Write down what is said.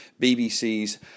BBC's